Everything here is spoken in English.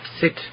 sit